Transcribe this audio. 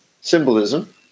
symbolism